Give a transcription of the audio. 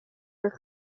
were